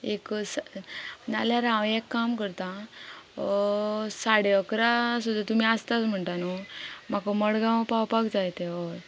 एक नाल्यार हांव एक काम करतां साडे अकरा सुद्दां तुमी आसता म्हणटा न्हू म्हाका मडगांव पावपाक जाय ते हय